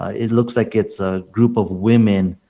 ah it looks like it's a group of women